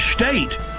state